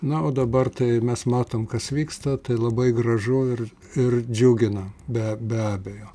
na o dabar tai mes matom kas vyksta tai labai gražu ir ir džiugina be be abejo